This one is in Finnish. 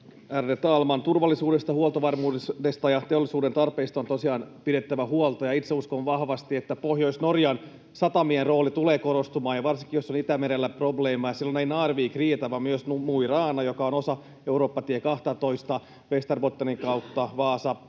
Ärade talman! Turvallisuudesta, huoltovarmuudesta ja teollisuuden tarpeista on tosiaan pidettävä huolta. Itse uskon vahvasti, että Pohjois-Norjan satamien rooli tulee korostumaan, ja varsinkin jos on Itämerellä probleemaa, silloin ei Narvik riitä, vaan myös Mo i Rana, joka on osa Eurooppa-tie 12:ta, Västerbottenin kautta Vaasasta